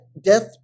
death